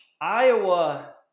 Iowa